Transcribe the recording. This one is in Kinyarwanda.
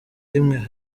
rimwe